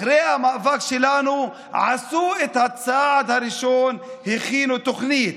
אחרי המאבק שלנו עשו את הצעד הראשון: הכינו תוכנית,